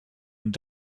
und